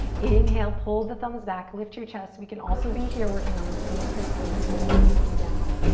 inhale, pull the thumbs back. lift your chest. we can also be here, working on the same principles with the back knee down.